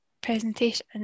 presentation